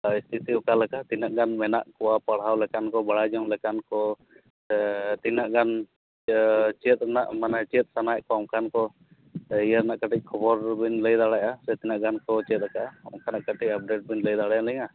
ᱯᱚᱨᱤᱥᱛᱷᱤᱛᱤ ᱚᱠᱟᱞᱮᱠᱟ ᱛᱤᱱᱟᱹᱜ ᱜᱟᱱ ᱢᱮᱱᱟᱜ ᱠᱚᱣᱟ ᱯᱟᱲᱟᱦᱟᱣ ᱞᱮᱠᱟᱱ ᱠᱚ ᱵᱟᱰᱟᱭ ᱡᱚᱝ ᱞᱮᱠᱟᱱ ᱠᱚ ᱥᱮ ᱛᱤᱱᱟᱹᱜ ᱜᱟᱱ ᱤᱭᱟᱹ ᱪᱮᱫ ᱨᱮᱱᱟᱜ ᱢᱟᱱᱮ ᱪᱮᱫ ᱥᱟᱱᱟᱭᱮᱫ ᱠᱚᱣᱟ ᱚᱱᱠᱟᱱ ᱠᱚ ᱤᱭᱟᱹᱨᱮᱱᱟᱜ ᱠᱟᱹᱴᱤᱡ ᱠᱷᱚᱵᱚᱨ ᱵᱤᱱ ᱞᱟᱹᱭ ᱫᱟᱲᱮᱭᱟᱜᱼᱟ ᱥᱮ ᱛᱤᱱᱟᱹᱜ ᱜᱟᱱ ᱠᱚ ᱪᱮᱫ ᱟᱠᱟᱫᱼᱟ ᱚᱱᱠᱟᱱᱟᱜ ᱠᱟᱹᱴᱤᱡ ᱟᱯᱰᱮᱴ ᱵᱤᱱ ᱞᱟᱹᱭ ᱫᱟᱲᱮᱭᱟᱞᱤᱧᱟ